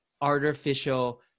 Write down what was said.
artificial